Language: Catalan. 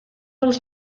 els